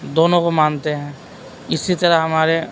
دونوں کو مانتے ہیں اسی طرح ہمارے